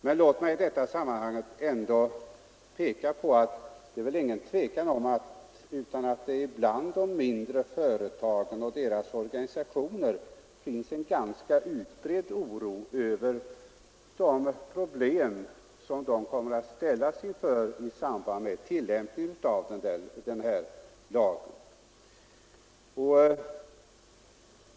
Men låt mig i sammanhanget ändå säga att det väl inte råder något tvivel om att det bland de mindre företagarna och deras organisationer finns en ganska utbredd oro över de problem som de kommer att ställas inför i samband med tillämpningen av denna lag.